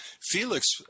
Felix